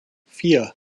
vier